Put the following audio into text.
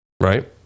right